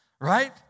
Right